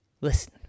listen